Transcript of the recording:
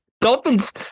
Dolphins